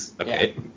Okay